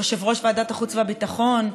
יושב-ראש ועדת החוץ והביטחון,